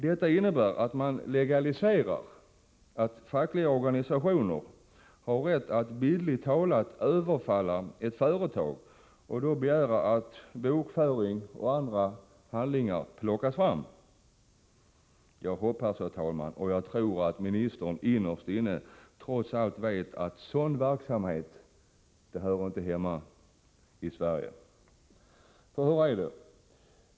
Detta innebär att man legaliserar att fackliga organisationer bildligt talar överfaller ett företag och begär att bokföring och andra handlingar plockas fram. Jag hoppas, herr talman, och tror att ministern innerst inne trots allt vet att sådan verksamhet inte hör hemma i Sverige.